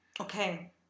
Okay